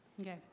Okay